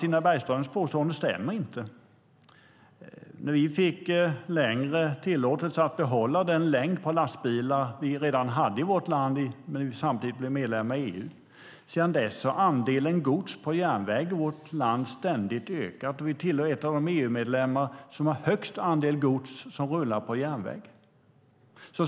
Stina Bergströms påstående stämmer dock inte. Vi fick tillåtelse att behålla den längd på lastbilar som vi redan hade i vårt land när vi blev medlemmar i EU. Sedan dess har andelen gods på järnväg i vårt land ständigt ökat, och vi är en av de EU-medlemmar som har högst andel gods som rullar på järnväg.